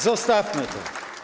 Zostawmy to.